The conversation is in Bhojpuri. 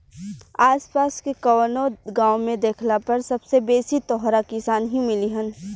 आस पास के कवनो गाँव में देखला पर सबसे बेसी तोहरा किसान ही मिलिहन